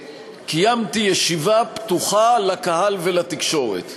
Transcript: קיימתי ישיבה פתוחה לקהל ולתקשורת,